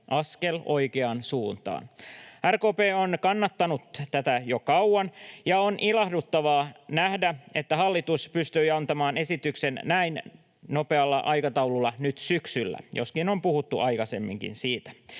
askel oikeaan suuntaan. RKP on kannattanut tätä jo kauan, ja on ilahduttavaa nähdä, että hallitus pystyi antamaan esityksen näin nopealla aikataululla nyt syksyllä — joskin siitä on puhuttu aikaisemminkin.